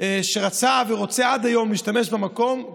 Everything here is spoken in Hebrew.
שרצה ורוצה להשתמש במקום עד היום,